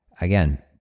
again